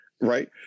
Right